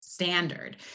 standard